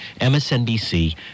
MSNBC